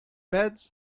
beds